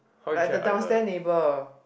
like the down stair neighbor